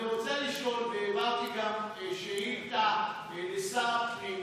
אני רוצה לשאול, הגשתי גם שאילתה לשר הפנים